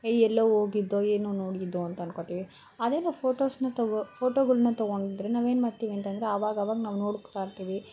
A ಎಲ್ಲೋ ಹೋಗಿದ್ದೊ ಏನೋ ನೋಡಿದ್ದೊ ಅಂತ ಅನ್ಕೊತೀವಿ ಅದೇ ನಾವು ಫೋಟೋಸನ್ನ ತಗೊ ಫೋಟೋಗಳ್ನ ತಗೊಂಡ್ರೆ ನಾವೇನು ಮಾಡ್ತೀವಿ ಅಂತಂದರೆ ಆವಾಗವಾಗ ನಾವು ನೋಡ್ತಾ ಇರ್ತೀವಿ